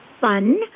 fun